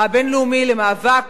הבין-לאומי למאבק